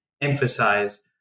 emphasize